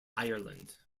ireland